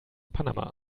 panama